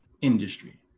industry